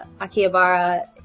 Akihabara